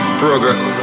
progress